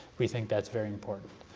we think that's very important.